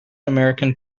american